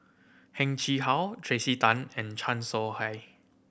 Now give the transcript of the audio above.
Heng Chee How Tracey Tan and Chan Soh Ha